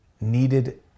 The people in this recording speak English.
needed